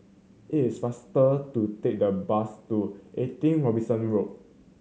it is faster to take the bus to Eighty Robinson Road